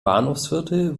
bahnhofsviertel